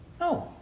No